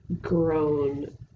grown